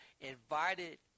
invited